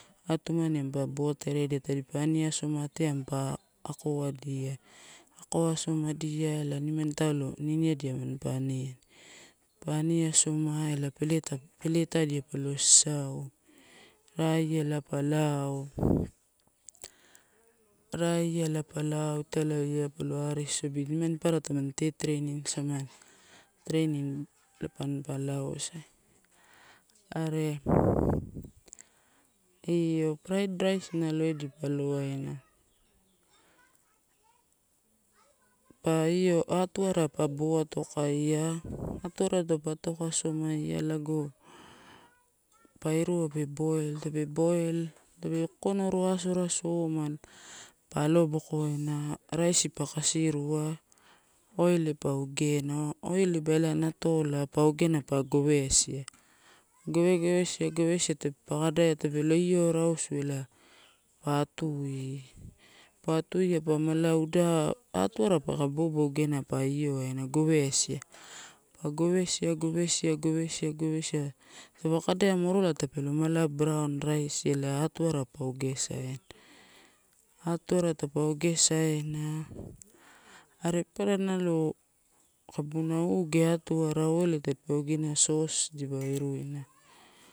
Atumani ampa bo teredia, tadipa aniasoma te ampa akowadia, akowa sasomadia ela nimani taulo miniadia mampa aniani. Tanpa aniasoma ela peleta, peletadia palo asau. Raia ela pa lao italai iai palo ariso sobbi, nimani papara tomani tetereinin samani, treinin pampa lausai. Are io praid rais na lo edipa alo waina, pa io atwara pa bbo atokaia, atwara taupa atoka asomia lago, pa irua pe boil, tape boil, tape kokonoro asorasoma a alobokoina, raisi pa kasirua, oiel pa ogena. Oiel leba ela natola pa ogena pa gowesia, pa gowesia, gowesia, gowesia tadpa kadaia tape lo elo rausu eela pa atuia. Pa atuia pa mala uda, atuwara paka bobo ogena pa io waina gowesia, pa gowesia, gowesia, gowesia, gowesia, taupa kadaia morola mala brown raisi ela atuwara pa oge saina. Atwara taupa oge saina, are papara nalo kabuna oge atuwara oiel ta dipa ogena sos dipa iruina.